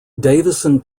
davison